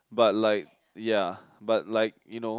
but like ya but like you know